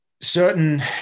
certain